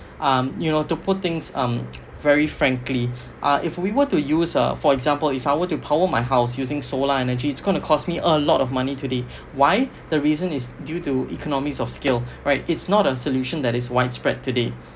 um you know to put things um very frankly uh if we want to use uh for example if I were to power my house using solar energy it's going to cost me a lot of money today why the reason is due to economies of scale right it's not a solution that is widespread today